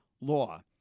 law